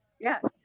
yes